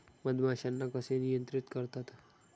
मधमाश्यांना कसे नियंत्रित करतात?